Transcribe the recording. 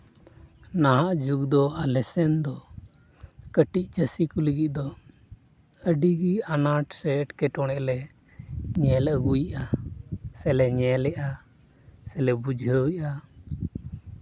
ᱱᱟᱦᱟᱜ ᱡᱩᱜᱽ ᱫᱚ ᱟᱞᱮ ᱥᱮᱱ ᱫᱚ ᱠᱟᱹᱴᱤᱡ ᱪᱟᱹᱥᱤ ᱠᱚ ᱞᱟᱹᱜᱤᱫ ᱫᱚ ᱟᱹᱰᱤᱜᱮ ᱟᱱᱟᱴ ᱥᱮ ᱮᱴᱠᱮᱴᱚᱲᱮ ᱞᱮ ᱧᱮᱞ ᱟᱹᱜᱩᱭᱮᱫᱼᱟ ᱥᱮᱞᱮ ᱧᱮᱞ ᱮᱫᱼᱟ ᱥᱮᱞᱮ ᱵᱩᱡᱷᱟᱹᱣ ᱮᱫᱼᱟ